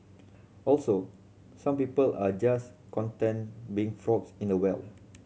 also some people are just content being frogs in a well